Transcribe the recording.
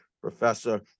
professor